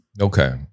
okay